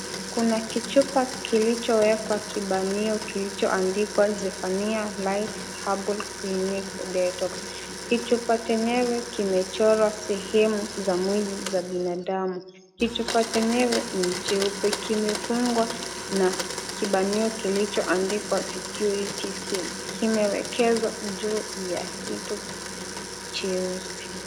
Kuna kichupa kilichowekwa kibanio kilichoandikwa Zefania life herbal clinic detox . Kichupa chenyewe kimechorwa sehemu za mwili za binadamu. Kichupa chenyewe ni cheupe. Kimefungwa na kibanio kilichoandikwa security seal .Kimewekezwa juu ya kitu cheusi.